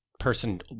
person